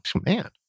man